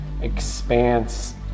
expanse